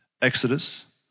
Exodus